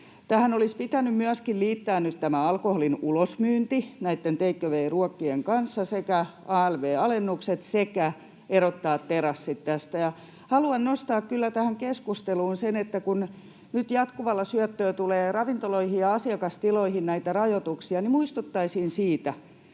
Tähän olisi nyt pitänyt liittää myöskin alkoholin ulosmyynti näitten take away ‑ruokien kanssa sekä alv-alennukset sekä erottaa terassit tästä. Ja haluan kyllä nostaa tähän keskusteluun sen, että kun nyt jatkuvalla syötöllä tulee ravintoloihin ja asiakastiloihin näitä rajoituksia, niin muistuttaisin siitä,